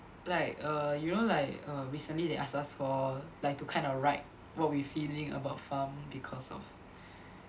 like err you know like err recently they ask us for like to kind of write what we feeling about pharm because of